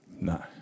No